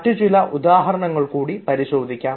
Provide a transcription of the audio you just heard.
മറ്റുചില ഉദാഹരണങ്ങൾ കൂടി പരിശോധിക്കാം